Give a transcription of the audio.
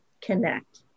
connect